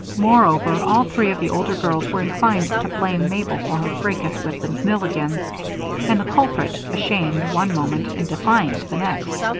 moreover, all three of the older girls were inclined to blame mabel for her fracas with the milligans and the culprit, ashamed one moment and defiant the next,